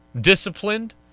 disciplined